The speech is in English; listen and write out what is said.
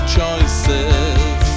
choices